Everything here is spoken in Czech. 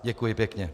Děkuji pěkně.